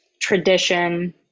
tradition